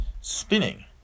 Spinning